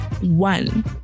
one